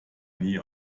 nie